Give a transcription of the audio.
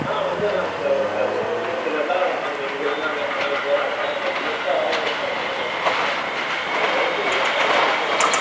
ஆ வந்துடுறாங்க சார் ஒருத்தர் ஒரு ஒரு சிலர் தான் கொஞ்சம் இங்கே இல்லைன்னா அங்கேன்ற மாதிரி போகிறாங்க பட் மோஸ்ட்டாக வர்றவங்க இருக்காங்க சார் பிரச்சின இல்லை நீங்கள் ஓகேன்னீங்கன்னா நான் அந்த